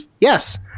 Yes